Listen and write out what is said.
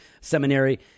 seminary